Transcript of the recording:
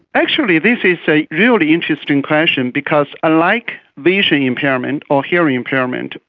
actually this is a really interesting question because unlike vision impairment or hearing impairment,